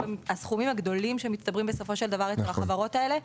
על הסכומים הגדולים שמצטברים אצל החברות האלה,